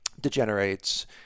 degenerates